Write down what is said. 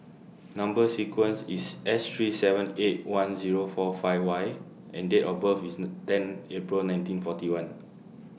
Number sequence IS S three seven eight one Zero four five Y and Date of birth IS ten April nineteen forty one